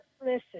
listen